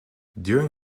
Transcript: during